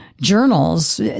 journals